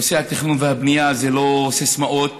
נושא התכנון והבנייה זה לא סיסמאות